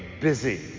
busy